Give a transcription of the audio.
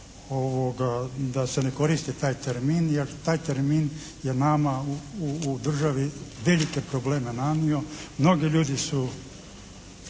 da se ne koristi taj termin jer taj termin je nama u državi velike probleme nanio, mnogi ljudi su